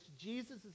Jesus